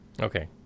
Okay